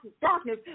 darkness